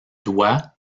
doigts